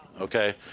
Okay